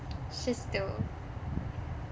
just to